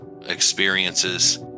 experiences